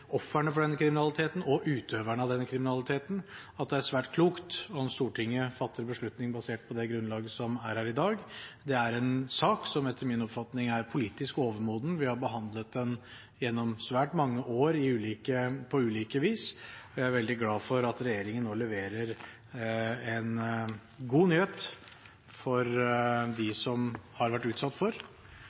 denne kriminaliteten, at det er svært klokt om Stortinget fatter beslutning basert på det grunnlaget som er her i dag. Det er en sak som etter min oppfatning er politisk overmoden. Vi har behandlet den gjennom svært mange år på ulike vis. Jeg er veldig glad for at regjeringen nå leverer en god nyhet for dem som har vært utsatt for